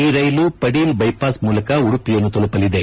ಈ ರೈಲು ಪಡೀಲ್ ಬೈಪಾಸ್ ಮೂಲಕ ಉಡುಪಿಯನ್ನು ತಲುಪಲಿದೆ